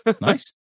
Nice